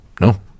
no